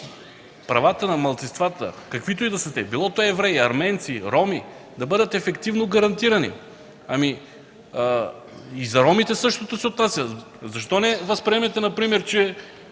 правата на малцинствата, каквито и да са те – било то евреи, арменци, роми, да бъдат ефективно гарантирани. И за ромите се отнася същото. Защо не възприемете например, че